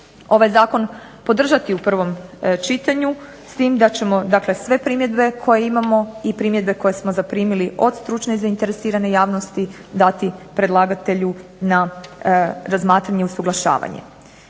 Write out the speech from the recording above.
ovaj zakon podržati u prvom čitanju s tim da ćemo dakle sve primjedbe koje imamo i primjedbe koje smo zaprimili od stručne zainteresirane javnosti dati predlagatelju na razmatranje i usuglašavanje.